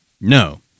No